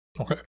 Okay